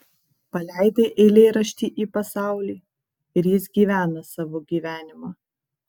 paleidai eilėraštį į pasaulį ir jis gyvena savo gyvenimą